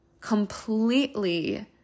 completely